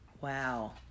Wow